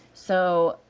so,